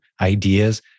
ideas